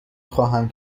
خواهم